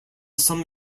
some